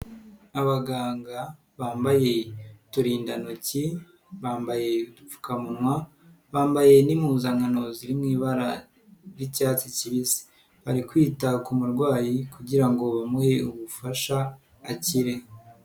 Abaganga bambaye uturindantoki bambaye udupfukamunwa bambaye n'impuzankano zi mu ibara ry'icyatsi kibisi, bari kwita ku murwayi kugira ngo bamuhe ubufasha akire.